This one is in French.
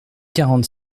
quarante